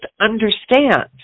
understand